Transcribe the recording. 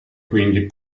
quindi